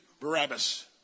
Barabbas